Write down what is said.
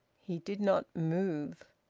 he did not move.